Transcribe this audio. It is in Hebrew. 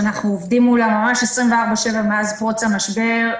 שאנחנו עובדים מולם ממש 24/7 מאז פרוץ המשבר,